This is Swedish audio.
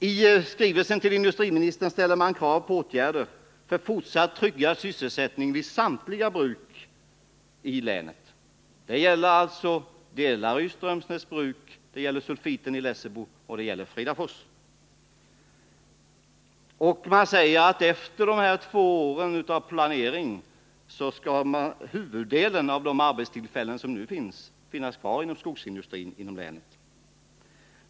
I skrivelsen till industriministern ställer man krav på åtgärder för fortsatt tryggad sysselsättning vid samtliga bruk i länet. Det gäller alltså Delary, Strömsnäsbruk, Fridafors och sulfitfabriken i Lessebo. Man säger att efter de här två åren av planering skall huvuddelen av nuvarande arbetstillfällen finnas kvar inom skogsindustrin i länet.